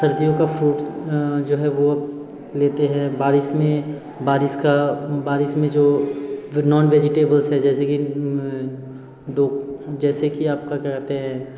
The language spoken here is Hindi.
सर्दियों का फ्रूट जो है वो लेते है बारिश में बारिश का बारिश में जो फिर नॉन वेजिटेबल्स है जैसे कि जैसे कि आपका क्या कहते है